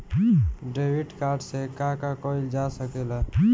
Debit card से का का कइल जा सके ला?